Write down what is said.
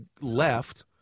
left